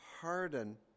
harden